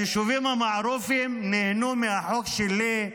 היישובים המערופיים נהנו מהחוק שלי,